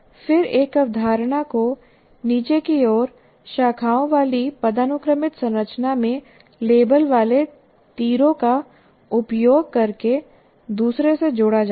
फिर एक अवधारणा को नीचे की ओर शाखाओं वाली पदानुक्रमित संरचना में लेबल वाले तीरों का उपयोग करके दूसरे से जोड़ा जाता है